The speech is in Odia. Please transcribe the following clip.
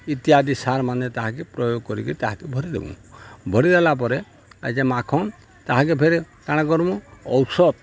ଇତ୍ୟାଦି ସାର୍ମାନେ ତାହାକେ ପ୍ରୟୋଗ କରିକିରି ତାହାକେ ଭରିଦେମୁ ଭରି ଦେଲା ପରେ ଆ ଯେ ମାଖନ୍ ତାହାକେ ଫେର୍ କାଣା କର୍ମୁ ଔଷଧ୍